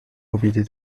robinet